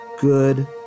Good